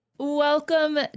Welcome